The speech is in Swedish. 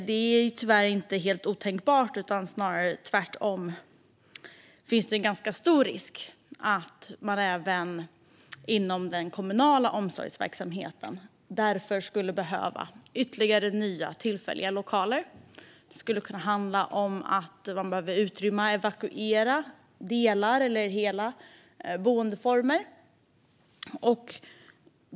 Det är tyvärr inte helt otänkbart - det finns snarare en ganska stor risk - att man även inom den kommunala omsorgsverksamheten därför skulle behöva nya tillfälliga lokaler. Det skulle kunna handla om att man behöver utrymma och evakuera delar av eller hela boenden.